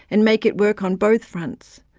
and make it work on both fronts.